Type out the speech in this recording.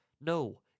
No